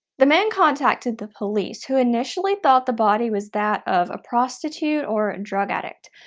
the men contacted the police, who initially thought the body was that of a prostitute or drug addict.